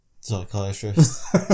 psychiatrist